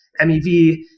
MEV